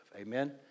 Amen